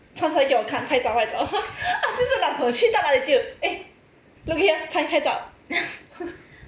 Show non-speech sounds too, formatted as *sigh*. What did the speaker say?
穿上来给我看拍照拍照 *laughs* 他就是那种去到哪里就 eh look here 拍拍照